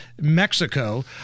Mexico